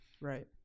Right